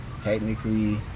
technically